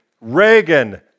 Reagan